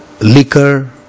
liquor